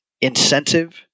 incentive